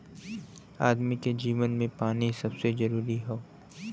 आदमी के जीवन मे पानी सबसे जरूरी हौ